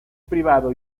privado